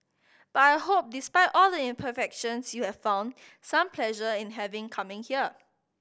but I hope despite all the imperfections you have found some pleasure in having come here